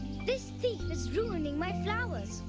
this thief is ruining my flowers.